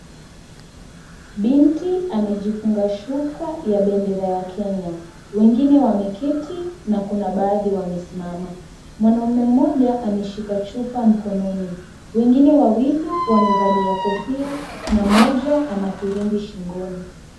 Binti amejifunga shuka ya bendera ya Kenya, wengine wameketi na Kuna baadhi wamesimama, mwanaume mmoja ameshika chupa mkononi ,wengine wawili wamevalia kofia na mmoja anafirimbi shingoni.